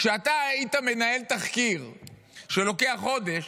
כשאתה היית מנהל תחקיר שלוקח חודש